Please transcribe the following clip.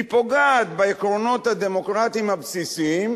היא פוגעת בעקרונות הדמוקרטיים הבסיסיים,